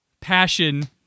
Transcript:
passion